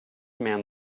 man